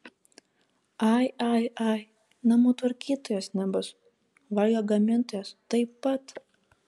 ai ai ai namų tvarkytojos nebus valgio gamintojos taip pat